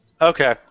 Okay